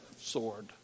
sword